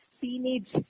teenage